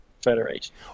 Federation